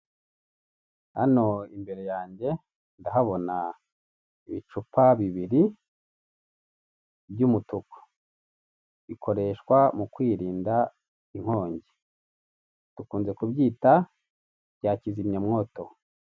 Hano imbere yanjye ndahabona ibicupa bibiri by'umutuku, bikoreshwa mu kwirinda inkongi, dukunze kubyita bya kizimyamwoto.